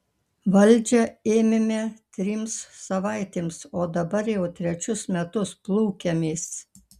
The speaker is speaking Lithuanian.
valdžią ėmėme trims savaitėms o dabar jau trečius metus plūkiamės